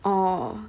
orh